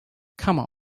come